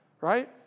right